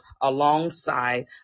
alongside